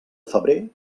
febrer